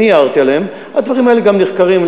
הדברים האלה גם נחקרים.